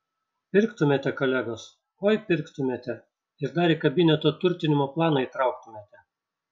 pirktumėte kolegos oi pirktumėte ir dar į kabineto turtinimo planą įtrauktumėte